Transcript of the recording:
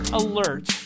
alert